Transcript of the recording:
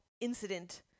incident